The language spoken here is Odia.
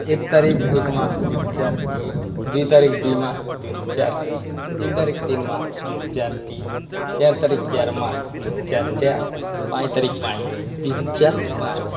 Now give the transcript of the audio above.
ଏକ ତାରିଖ ଏକ ମାସ ଦୁଇ ହଜାର ଏକ ଦୁଇ ତାରିଖ ଦୁଇ ମାସ ଦୁଇ ହଜାର ଦୁଇ ତିନ ତାରିଖ ତିନି ମାସ ଦୁଇ ହଜାର ତିନି ଚାରି ତାରିଖ ଚାରି ମାସ ଦୁଇ ହଜାର ଚାରି ପାଞ୍ଚ ତାରିଖ ପାଞ୍ଚ ମାସ ଦୁଇ ଜାଜାର ପାଞ୍ଚ